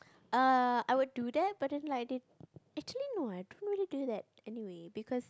err I would do that but it isn't like this actually no eh I don't really do that anyway because